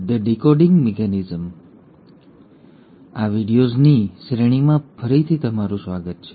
હાય અને આ વિડિઓઝની શ્રેણીમાં ફરીથી તમારું સ્વાગત છે